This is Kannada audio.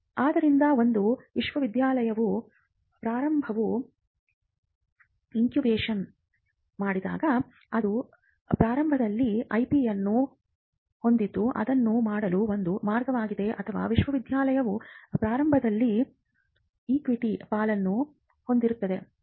ಆದ್ದರಿಂದ ಒಂದು ವಿಶ್ವವಿದ್ಯಾನಿಲಯವು ಪ್ರಾರಂಭವನ್ನು ಇನ್ಕ್ಯುಬೇಟ್ ಮಾಡಿದಾಗ ಅದು ಪ್ರಾರಂಭದಲ್ಲಿ ಐಪಿಯನ್ನು ಹೊಂದಿದ್ದು ಅದನ್ನು ಮಾಡಲು ಒಂದು ಮಾರ್ಗವಾಗಿದೆ ಅಥವಾ ವಿಶ್ವವಿದ್ಯಾನಿಲಯವು ಪ್ರಾರಂಭದಲ್ಲಿ ಈಕ್ವಿಟಿ ಪಾಲನ್ನು ಹೊಂದಿರುತ್ತದೆ